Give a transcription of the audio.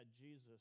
Jesus